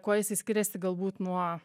kuo jisai skiriasi galbūt nuo